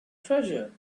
treasure